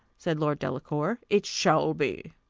said lord delacour, it shall be.